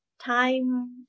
time